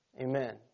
Amen